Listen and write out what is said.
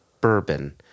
bourbon